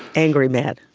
angry mad.